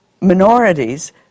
minorities